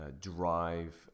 drive